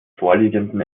vorliegenden